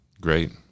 Great